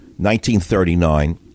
1939